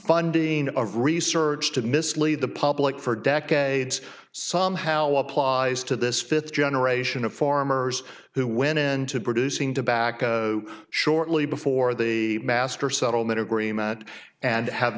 funding of research to mislead the public for decades somehow applies to this fifth generation of farmers who went into producing tobacco shortly before the master settlement agreement and have